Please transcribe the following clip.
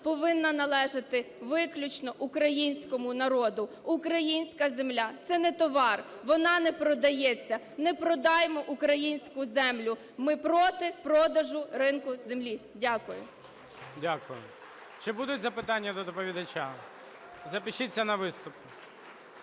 повинна належати виключно українському народу, українська земля – це не товар, вона не продається. Не продаймо українську землю! Ми проти продажу ринку землі! Дякую. ГОЛОВУЮЧИЙ. Дякую. Чи будуть запитання до доповідача? Запишіться на виступ.